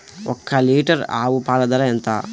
ఒక్క లీటర్ ఆవు పాల ధర ఎంత?